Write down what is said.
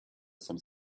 some